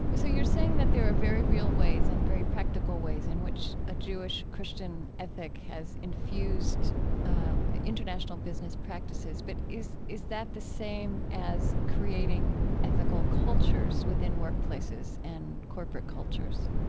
so you're saying that there are very real ways and very practical ways in which a jewish christian ethic has infused international business practices. but is is that the same as creating ethical cultures within workplaces and corporate cultures?